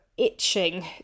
itching